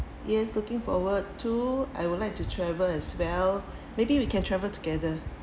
yes looking forward to I would like to travel as well maybe we can travel together